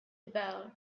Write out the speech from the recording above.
about